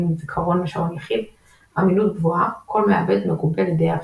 עם זיכרון ושעון יחיד; אמינות גבוהה – כל מעבד מגובה על ידי האחרים.